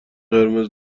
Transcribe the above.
قرمز